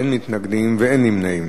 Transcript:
אין מתנגדים ואין נמנעים.